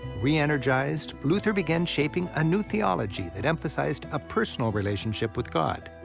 re-energized, luther began shaping a new theology that emphasized a personal relationship with god.